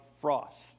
Frost